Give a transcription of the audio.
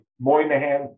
Moynihan